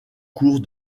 cours